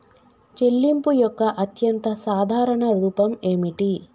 చెల్లింపు యొక్క అత్యంత సాధారణ రూపం ఏమిటి?